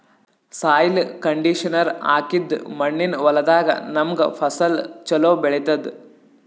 soil conditioner ಹಾಕಿದ್ದ್ ಮಣ್ಣಿನ್ ಹೊಲದಾಗ್ ನಮ್ಗ್ ಫಸಲ್ ಛಲೋ ಬೆಳಿತದ್